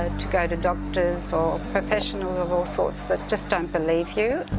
to go to doctors or professionals of all sorts that just don't believe you,